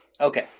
Okay